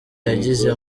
yagize